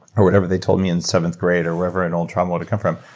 or whatever they told me in seventh grade, or wherever an old trauma would come from,